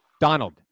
Donald